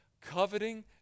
Coveting